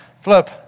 flip